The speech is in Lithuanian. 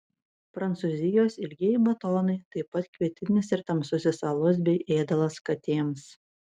prancūzijos ilgieji batonai taip pat kvietinis ir tamsusis alus bei ėdalas katėms